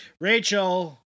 Rachel